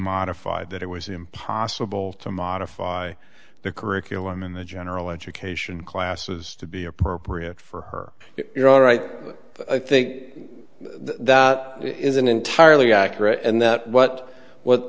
modified that it was impossible to modify the curriculum and the general education classes to be appropriate for her you're all right i think that is an entirely accurate and that what what